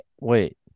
wait